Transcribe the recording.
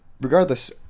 regardless